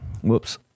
whoops